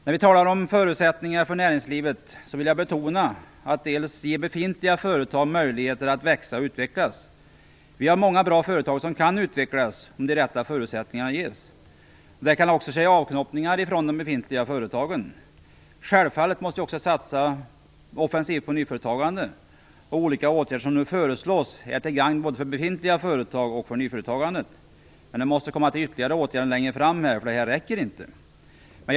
När vi talar om förutsättningar för näringslivet, vill jag betona att befintliga företag bör ges möjligheter att växa och utvecklas. Vi har många bra företag som kan utvecklas om de rätta förutsättningarna ges. Det kan också ske avknoppningar ifrån de befintliga företagen. Självfallet måste vi också satsa offensivt på nyföretagande. Olika åtgärder som nu föreslås är till gagn både för befintliga företag och för nyföretagandet. Men det måste komma till ytterligare åtgärder längre fram, eftersom det här inte räcker.